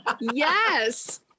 Yes